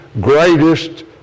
greatest